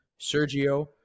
Sergio